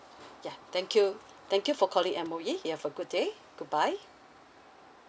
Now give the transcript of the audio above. ya thank you thank you for calling M_O_E you have a good day goodbye